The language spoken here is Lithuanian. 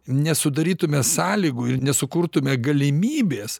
nesudarytume sąlygų ir nesukurtume galimybės